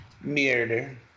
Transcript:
Murder